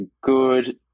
good